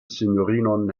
sinjorinon